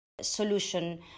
solution